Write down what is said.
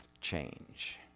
change